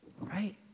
right